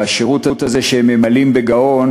והשירות הזה שהם ממלאים בגאון,